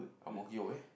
ang-mo-kio where